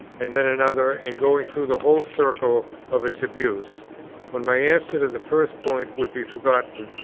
and then another, and going through the whole circle of its abuse when my answer to the first point would be forgotten,